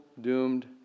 doomed